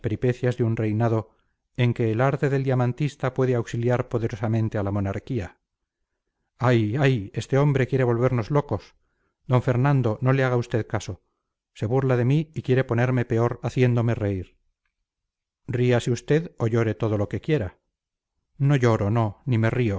un reinado en que el arte del diamantista puede auxiliar poderosamente a la monarquía ay ay este hombre quiere volvernos locos d fernando no le haga usted caso se burla de mí y quiere ponerme peor haciéndome reír ríase usted o llore todo lo que quiera no lloro no ni me río